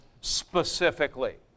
specifically